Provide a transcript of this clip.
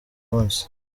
munsi